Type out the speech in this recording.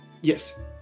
Yes